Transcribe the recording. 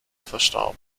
verstarb